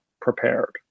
prepared